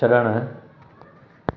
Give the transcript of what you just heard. छड॒णु